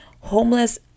homeless